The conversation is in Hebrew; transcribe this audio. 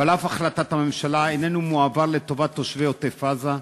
ועל אף החלטת הממשלה איננו מועבר לטובת תושבי עוטף-עזה?